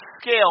scale